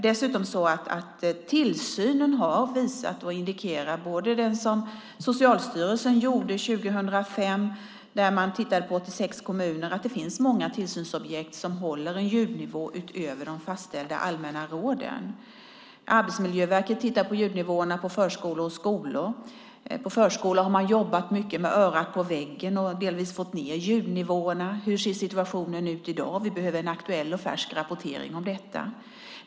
Den tillsyn som Socialstyrelsen gjorde 2005, då man tittade på 86 kommuner, har visat att det finns många tillsynsobjekt som håller en ljudnivå som är högre än vad som rekommenderas i de fastställda allmänna råden. Arbetsmiljöverket tittar på ljudnivåerna i förskolor och skolor. På förskolor har man jobbat mycket med örat på väggen och delvis fått ned ljudnivåerna, men hur ser situationen ut i dag? Vi behöver aktuell och färsk rapportering om detta.